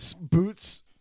boots